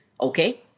Okay